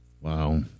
Wow